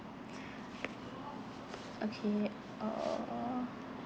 okay uh